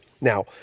Now